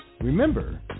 Remember